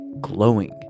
glowing